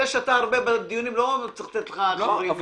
זה שאתה הרבה בדיונים לא צריך לתת לך --- לא,